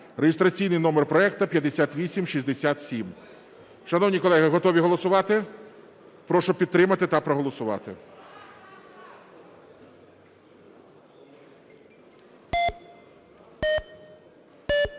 (реєстраційний номер проекту 5867). Шановні колеги, готові голосувати? Прошу підтримати та проголосувати.